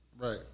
Right